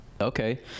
Okay